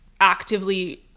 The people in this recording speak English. actively